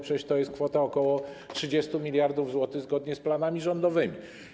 Przecież to jest kwota ok. 30 mld zł, zgodnie z planami rządowymi.